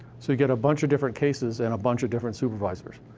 so you get a bunch of different cases and a bunch of different supervisors.